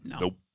Nope